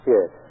Yes